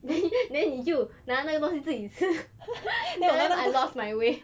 then 你就你就拿那个东西自己吃 then I lost my way